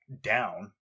down